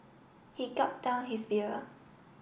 he gulped down his beer